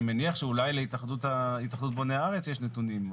אני מניח שאולי להתאחדות בוני הארץ יש נתונים.